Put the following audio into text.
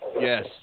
Yes